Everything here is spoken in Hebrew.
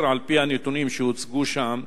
על-פי הנתונים שהוצגו שם,